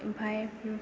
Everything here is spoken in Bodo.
ओमफ्राय